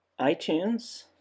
iTunes